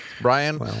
Brian